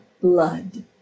blood